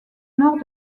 nord